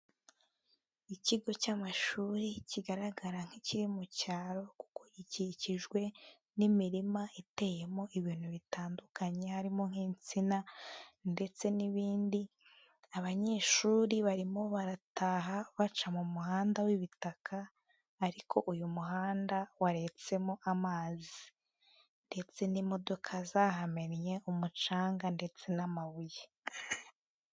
Ikigo cy'amashuri kigaragara nk'ikiri mu cyaro kuko gikikijwe n'imirima iteyemo ibintu bitandukanye, harimo nk'insina ndetse n'ibindi, abanyeshuri barimo barataha baca mu muhanda w'ibitaka ariko uyu muhanda waretsemo amazi, ndetse n'imodoka zahamennye umucanga ndetse n'amabuye.